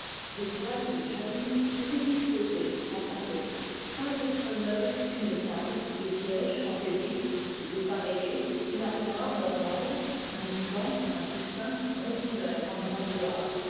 des voiles de gênes étaient disposés en panneaux pas d'autres meubles qu'une table des sièges fantaisistes et dépareillés une armoire normande le divan